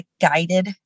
guided